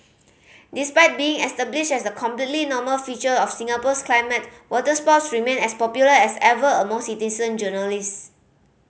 despite being established as a completely normal feature of Singapore's climate waterspouts remain as popular as ever among citizen journalist